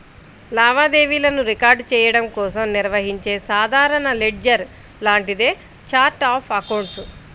లావాదేవీలను రికార్డ్ చెయ్యడం కోసం నిర్వహించే సాధారణ లెడ్జర్ లాంటిదే ఛార్ట్ ఆఫ్ అకౌంట్స్